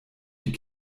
die